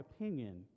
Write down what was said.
opinion